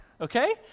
Okay